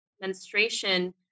menstruation